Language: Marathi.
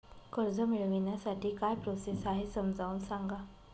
कर्ज मिळविण्यासाठी काय प्रोसेस आहे समजावून सांगा